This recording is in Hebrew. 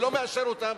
ולא מאשר אותן.